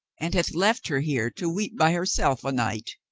and hath left her here to weep by herself a night.